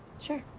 sure.